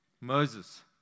Moses